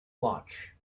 watch